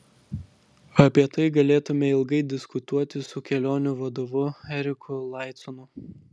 apie tai galėtume ilgai diskutuoti su kelionių vadovu eriku laiconu